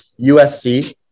USC